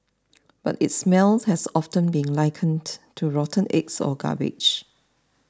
but its smells has often been likened to rotten eggs or garbage